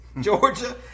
Georgia